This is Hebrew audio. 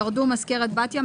ירדו: מזכרת בתיה,